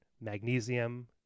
magnesium